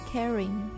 Caring